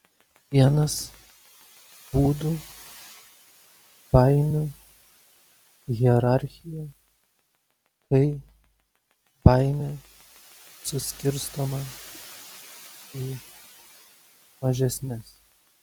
vienas būdų baimių hierarchija kai baimė suskirstoma į mažesnes